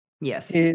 Yes